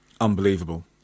unbelievable